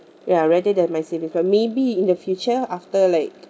ya rather than my savings acc~ maybe in the future after like